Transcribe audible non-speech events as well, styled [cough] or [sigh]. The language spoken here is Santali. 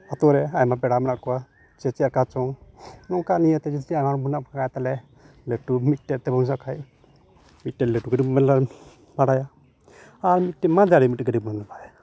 ᱟᱛᱳ ᱨᱮ ᱟᱭᱢᱟ ᱯᱮᱲᱟ ᱢᱮᱱᱟᱜ ᱠᱚᱣᱟ [unintelligible] ᱱᱚᱝᱠᱟ ᱱᱤᱭᱟᱹᱛᱮ ᱡᱩᱫᱤ [unintelligible] ᱛᱟᱞᱚᱦᱮ ᱞᱟᱹᱴᱩ ᱢᱤᱫᱴᱮᱡ ᱛᱮᱵᱚᱱ ᱪᱟᱞᱟᱜ ᱠᱷᱟᱡ ᱢᱤᱫᱴᱮᱱ ᱞᱟᱹᱴᱩ ᱜᱟᱹᱰᱤ ᱵᱚᱱ ᱵᱷᱟᱲᱟᱭᱟ ᱟᱨ ᱢᱤᱫᱴᱮᱡ ᱢᱟ ᱢᱤᱫᱴᱮᱡ ᱜᱟᱹᱰᱤ ᱵᱚᱱ ᱵᱷᱟᱲᱟᱭᱟ